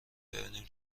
ببینیم